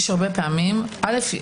אל"ף,